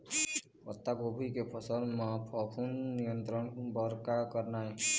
पत्तागोभी के फसल म फफूंद नियंत्रण बर का करना ये?